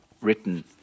written